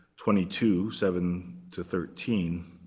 twenty two seven to thirteen.